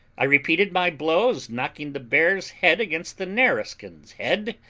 i repeated my blows, knocking the bear's head against the nareskin's head,